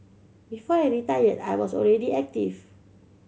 before I retired I was already active